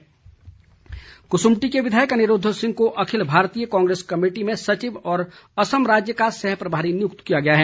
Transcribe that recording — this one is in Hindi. नियुक्ति कुसुम्पटी के विधायक अनिरूद्व सिंह को अखिल भारतीय कांग्रेस कमेटी में सचिव और असम राज्य का सह प्रभारी नियुक्त किया गया है